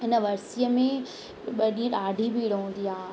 इन वरसीअ में ॿ ॾींहं ॾाढी भीड़ हूंदी आहे